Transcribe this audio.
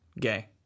gay